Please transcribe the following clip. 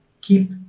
keep